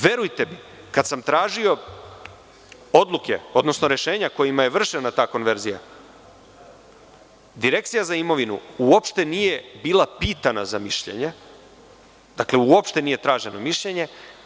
Verujte mi, kada sam tražio odluke odnosno rešenja kojima je vršena ta konverzija, Direkcija za imovinu uopšte nije bila pitana za mišljenje, dakle, uopšte nije traženo mišljenje.